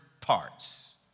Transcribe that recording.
parts